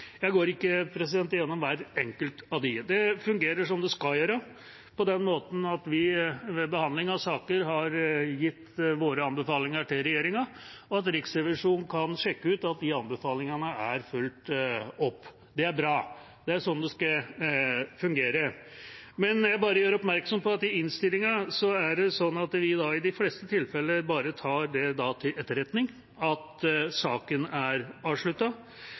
Jeg går ikke igjennom hver enkelt av dem. Det fungerer som det skal gjøre, på den måten at vi ved behandling av saker har gitt våre anbefalinger til regjeringa, og at Riksrevisjonen kan sjekke ut at de anbefalingene er fulgt opp. Det er bra, det er sånn det skal fungere. Jeg gjør oppmerksom på at vi i innstillinga i de fleste tilfeller bare tar til etterretning at saken er avsluttet. I noen tilfeller – det gjelder «Riksrevisjonens undersøking av arbeidet til